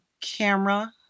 camera